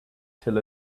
till